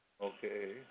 Okay